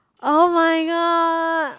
oh-my-god